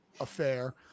affair